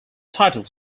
titles